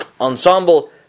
Ensemble